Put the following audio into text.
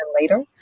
later